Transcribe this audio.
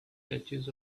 patches